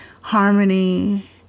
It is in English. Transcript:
harmony